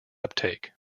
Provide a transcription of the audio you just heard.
uptake